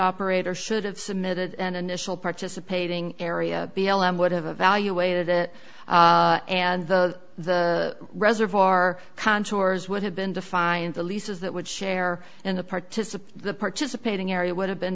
operator should have submitted an initial participating area b l m would have evaluated it and the the reservoir contours would have been defined to leases that would share in the participant the participating area would have been